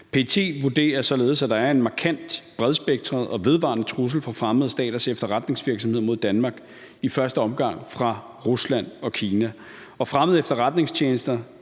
PET vurderer således, at der er en markant, bredspektret og vedvarende trussel fra fremmede staters efterretningsvæsen mod Danmark, i første omgang fra Rusland og Kina. Og fremmede efterretningstjenester